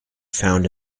found